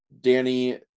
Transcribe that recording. Danny